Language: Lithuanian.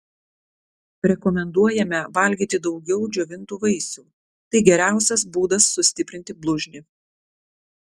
rekomenduojame valgyti daugiau džiovintų vaisių tai geriausias būdas sustiprinti blužnį